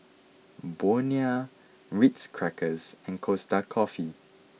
Bonia Ritz Crackers and Costa Coffee